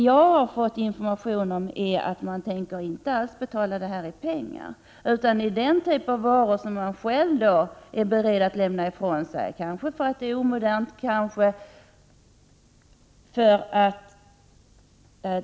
Jag har fått information om att man inte alls tänker betala i pengar, utan i den typ av varor som man själv är beredd att lämna ifrån sig — kanske därför att varorna är omoderna.